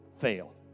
fail